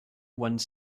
one